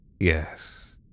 Yes